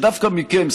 שדווקא מכם,